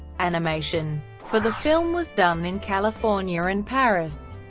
animation for the film was done in california and paris.